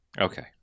Okay